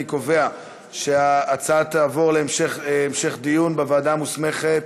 אני קובע שההצעה תעבור להמשך דיון בוועדה המוסמכת,